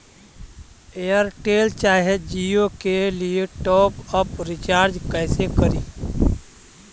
Airtel चाहे जियो के लिए टॉप अप रिचार्ज़ कैसे करी?